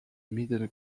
middle